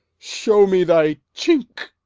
show me thy chink,